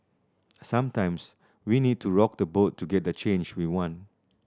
sometimes we need to rock the boat to get the change we want